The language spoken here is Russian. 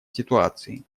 ситуации